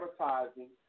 advertising